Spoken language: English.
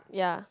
yeah